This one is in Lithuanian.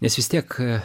nes vis tiek